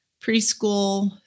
preschool